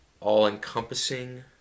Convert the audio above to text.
all-encompassing